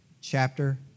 chapter